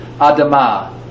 adama